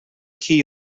key